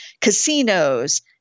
Casinos